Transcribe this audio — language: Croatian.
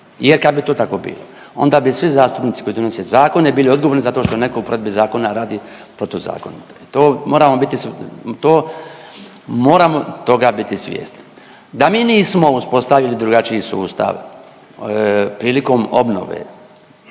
jer kad bi to tako bilo onda bi svi zastupnici koji donose zakone bili odgovorni zato što je neko u provedbi zakona radi protuzakonito, to moram biti, to moramo toga biti svjesni. Da mi nismo uspostavili drugačiji sustav prilikom obnove